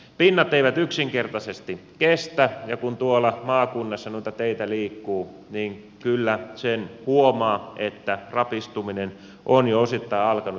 pinnat eivät yksinkertaisesti kestä ja kun tuolla maakunnassa noilla teillä liikkuu niin kyllä sen huomaa että rapistuminen on jo osittain alkanut